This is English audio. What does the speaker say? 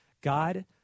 God